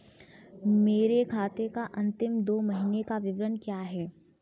मेरे खाते का अंतिम दो महीने का विवरण क्या है?